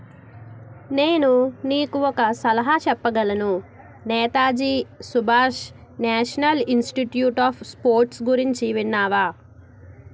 నేను నీకు ఒక సలహా చెప్పగలను Netaji Subhash national institute of sports గురించి విన్నావా